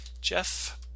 Jeff